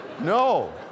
No